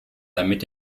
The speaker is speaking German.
damit